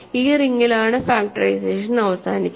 ഈ റിംഗിലാണ് ഫാക്ടറൈസേഷൻ അവസാനിക്കുന്നത്